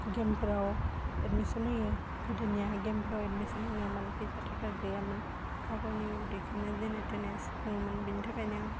गेमफोराव admission होयो गोदोनिया गेमफ्राव एदमिसन होनो मालाय फैसा थाखा गैयामोन गावगावनि उदैखौनो जेनेथेने सुफुङोमोन बिनि थाखाइनो